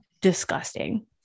disgusting